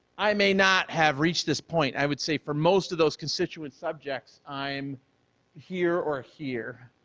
i may not have reached this point. i would say for most of those constituent subjects, i'm here or here.